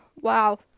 Wow